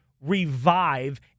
revive